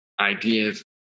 ideas